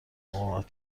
مقاومت